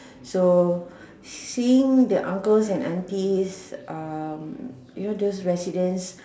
so seeing the uncles and aunties um you know those residents